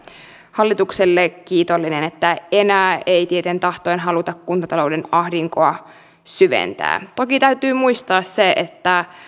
hallitukselle kiitollinen että enää ei tieten tahtoen haluta kuntatalouden ahdinkoa syventää toki täytyy muistaa se että